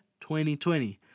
2020